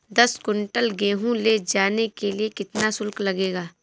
दस कुंटल गेहूँ ले जाने के लिए कितना शुल्क लगेगा?